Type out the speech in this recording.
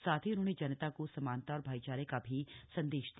साथ ही उन्होंने जनता को समानता और भाईचारे का भी संदेश दिया